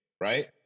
right